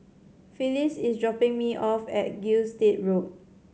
Phyllis is dropping me off at Gilstead Road